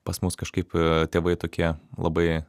pas mus kažkaip tėvai tokie labai